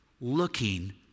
looking